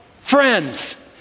Friends